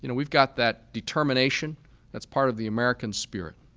you know we've got that determination that's part of the american spirit.